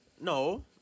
No